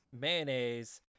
mayonnaise